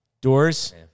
Doors